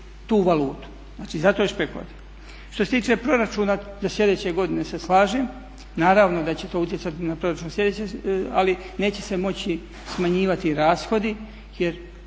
tu valutu. Znači, zato je špekulativna. Što se tiče proračuna do sljedeće godine se slažem, naravno da će to utjecati na proračun sljedeće, ali neće se moći smanjivati rashodi jer